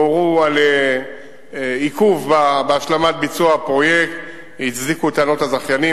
והורו על עיכוב בהשלמת ביצוע הפרויקט והצדיקו את טענות הזכיינים.